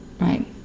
Right